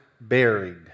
buried